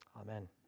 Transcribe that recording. Amen